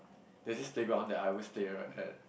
there is this playground that I always play right